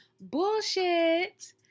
Bullshit